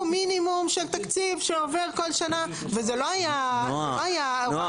מינימום של תקציב שעובר כל שנה וזה לא היה הוראת שעה.